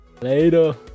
Later